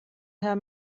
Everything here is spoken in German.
herr